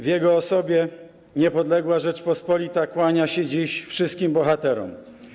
W jego osobie niepodległa Rzeczpospolita kłania się dziś wszystkim bohaterom.